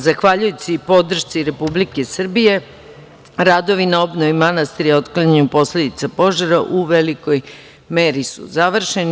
Zahvaljujući podršci Republike Srbije radovi na obnovi manastira i otklanjanju posledica požara u velikoj meri su završeni.